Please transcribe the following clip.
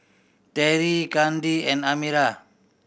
Terrie Kandi and Amira